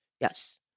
yes